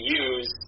use